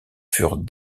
furent